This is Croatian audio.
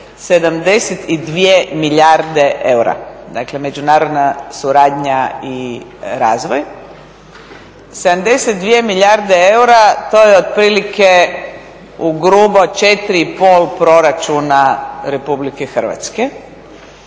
72 milijarde eura. Dakle, međunarodna suradnja i razvoj. 72 milijarde eura, to je otprilike ugrubo 4,5 proračuna RH.